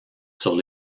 sur